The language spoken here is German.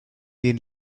den